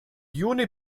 juni